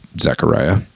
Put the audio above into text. Zechariah